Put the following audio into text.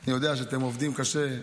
אני יודע שאתם עובדים קשה,